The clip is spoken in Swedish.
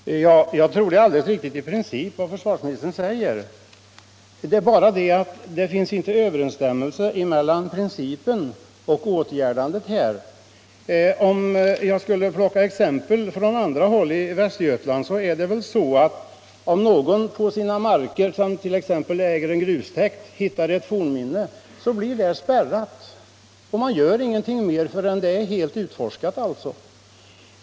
Herr talman! Jag tror att det är alldeles riktigt i princip vad försvarsministern säger. Det är bara så att det inte finns någon överensstämmelse mellan principerna och åtgärdandet. Jag kan ta exempel från andra håll i Västergötland. Om någon på sina marker, t.ex. en som äger en grustäkt, hittar ett fornminne, så spärras området och ingenting görs förrän det är helt utforskat.